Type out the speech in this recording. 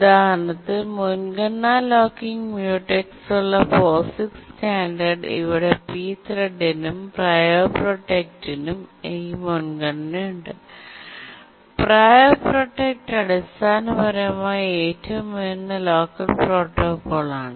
ഉദാഹരണത്തിന് മുൻഗണന locking mutex ഉള്ള POSIX സ്റ്റാൻഡേർഡ് ഇവിടെ p ത്രെഡിനും PRIO protect നും ഈ മുൻഗണനയുണ്ട് PRIO protect അടിസ്ഥാനപരമായി ഏറ്റവും ഉയർന്ന ലോക്കർ പ്രോട്ടോക്കോളാണ്